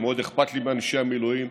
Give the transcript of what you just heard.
מאוד אכפת לי מאנשי המילואים.